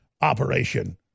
operation